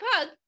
pug